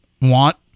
want